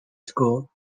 school